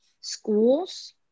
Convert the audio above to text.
schools